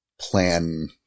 plan